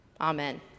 Amen